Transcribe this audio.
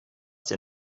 dir